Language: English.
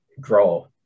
grow